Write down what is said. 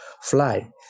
fly